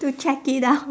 to check it out